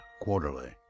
Quarterly